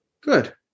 Good